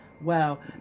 Wow